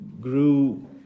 grew